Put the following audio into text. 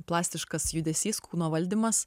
plastiškas judesys kūno valdymas